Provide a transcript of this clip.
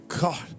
God